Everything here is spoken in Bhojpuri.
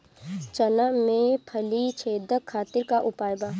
चना में फली छेदक खातिर का उपाय बा?